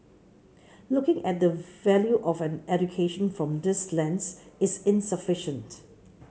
looking at the value of an education from this lens is insufficient